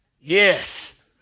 Yes